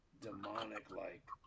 demonic-like